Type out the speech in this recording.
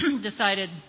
decided